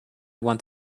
want